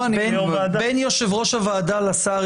אדוני היושב-ראש.